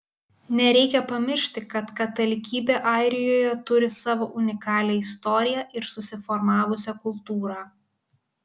nereikia pamiršti kad katalikybė airijoje turi savo unikalią istoriją ir susiformavusią kultūrą